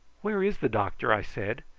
where is the doctor? i said.